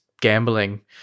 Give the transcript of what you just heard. gambling